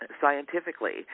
Scientifically